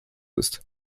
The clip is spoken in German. ist